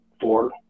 four